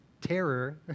terror